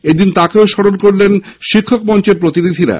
এদিন তাঁকেও স্মরণ করেন শিক্ষক মঞ্চের প্রতিনিধিরা